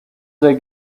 they